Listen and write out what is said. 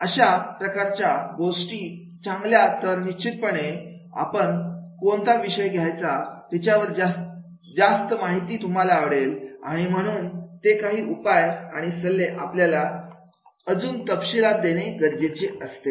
आहे अशा प्रकारच्या गोष्टी चांगल्या तर निश्चितपणे आपण कोणता विषय घ्यायचा तिच्यावर जास्त माहिती तुम्हाला आवडेल आणि म्हणून ते काही उपाय आणि सल्ले आपल्याला अजून तपशीलात देणे गरजेचे असते